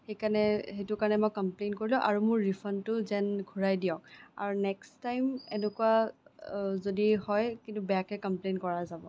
সেইকাৰণে সেইটো কাৰণে মই কমপ্লেইন কৰিলোঁ আৰু মোৰ ৰিফাণ্ডটো যেন ঘূৰাই দিয়ক আৰু নেক্সট টাইম এনেকুৱা যদি হয় কিন্তু বেয়াকে কমপ্লেইন কৰা যাব